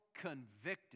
convicted